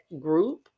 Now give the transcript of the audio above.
group